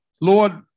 Lord